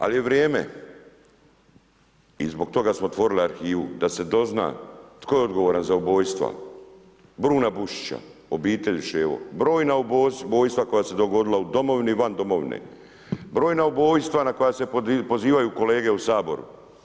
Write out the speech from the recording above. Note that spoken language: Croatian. Ali je vrijeme, i zbog toga smo otvorili arhivu, da se dozna tko je odgovoran za ubojstva Bruna Bušića, obitelji Ševo, brojna ubojstva koja su se dogodila u domovini i van domovine, brojna ubojstva na koja se pozivaju kolege u Saboru.